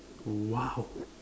!wow!